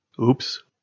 Oops